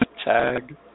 Tag